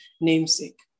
namesake